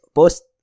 post